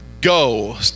go